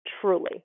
truly